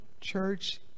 church